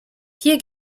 hier